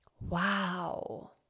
Wow